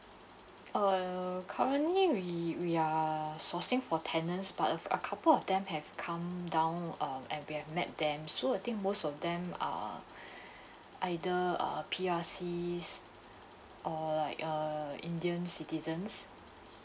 err currently we we are sourcing for tenants but uh a couple of them have come down um and we have met them so I think most of them are either uh P_R_Cs or like err indian citizens